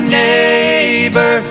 neighbor